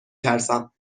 ترسم